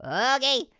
um okay,